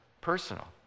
personal